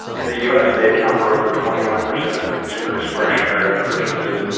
in the us they account for over twenty one percent of consumer discretionary purchases,